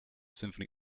symphony